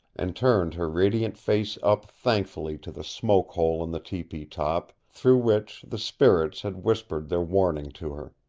and turned her radiant face up thankfully to the smoke hole in the tepee top, through which the spirits had whispered their warning to her.